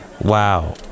Wow